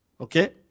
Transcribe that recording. Okay